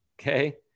okay